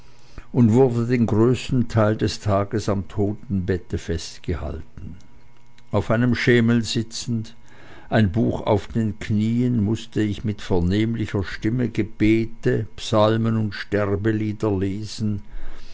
und wurde den größten teil des tages am todesbette festgehalten auf einem schemel sitzend ein buch auf den knien mußte ich mit vernehmlicher stimme gebete psalmen und sterbelieder lesen